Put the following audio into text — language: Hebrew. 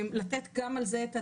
לתת גם על זה את הדעת.